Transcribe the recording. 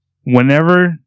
Whenever